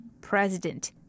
president